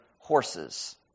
horses